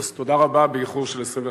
אז תודה רבה, באיחור של 21 שנה.